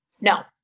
No